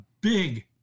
big